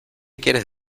quieres